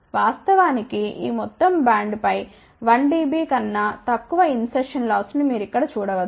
వాస్తవానికి ఈ మొత్తం బ్యాండ్పై 1 dB కన్నా తక్కువ ఇన్ సర్షన్ లాస్ ను మీరు ఇక్కడ చూడ వచ్చు